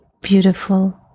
beautiful